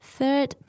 Third